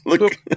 look